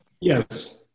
Yes